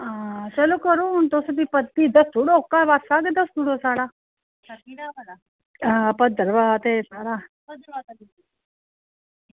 चलो करी ओड़ो तुस बी करी ओड़ो तुस बी ओह्का पासा ते दस्सी ओड़ो साढ़ा आं भद्रवाह ते सारा